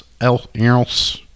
else